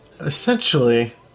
essentially